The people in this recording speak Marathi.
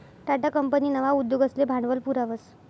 टाटा कंपनी नवा उद्योगसले भांडवल पुरावस